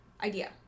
idea